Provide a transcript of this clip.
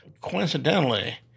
Coincidentally